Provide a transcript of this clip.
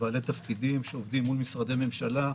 בעלי תפקידים שעובדים מול משרדי ממשלה,